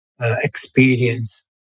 experience